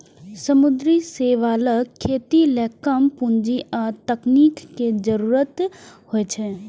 समुद्री शैवालक खेती लेल कम पूंजी आ तकनीक के जरूरत होइ छै